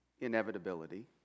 inevitability